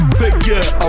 figure